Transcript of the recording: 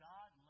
God